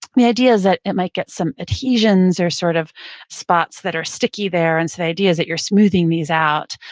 the idea is that it might get some adhesions or sort of spots that are sticky there, and so that idea is that you're smoothing these out.